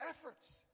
efforts